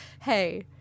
Hey